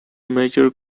major